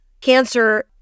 cancer